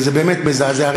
זה באמת מזעזע.